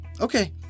Okay